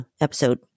episode